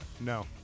No